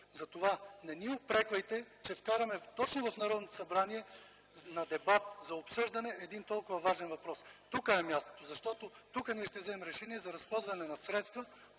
Моля, не ни упреквайте, че вкарваме точно в Народното събрание на дебат, за обсъждане един толкова важен въпрос. Това е мястото, защото тук ние ще вземем решение за разходването на средства